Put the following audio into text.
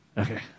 Okay